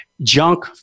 Junk